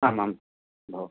आम् आम् भो